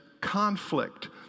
conflict